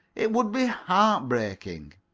it would be heartbreaking.